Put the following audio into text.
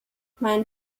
mein